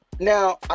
Now